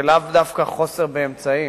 ולאו דווקא חוסר באמצעים.